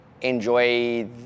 enjoy